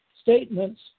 statements